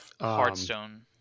Hearthstone